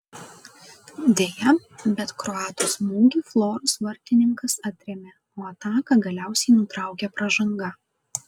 deja bet kroato smūgį floros vartininkas atrėmė o ataką galiausiai nutraukė pražanga